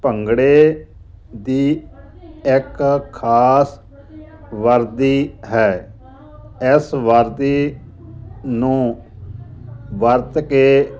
ਭੰਗੜੇ ਦੀ ਇੱਕ ਖ਼ਾਸ ਵਰਦੀ ਹੈ ਇਸ ਵਰਦੀ ਨੂੰ ਵਰਤ ਕੇ